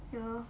okay lor